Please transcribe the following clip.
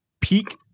peak